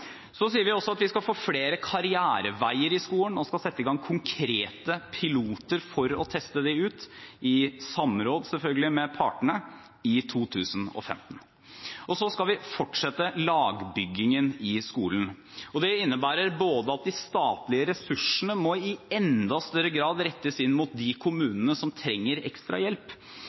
Så skal vi fortsette lagbyggingen i skolen. Det innebærer at de statlige ressursene i enda større grad må rettes inn mot de kommunene som trenger ekstra hjelp.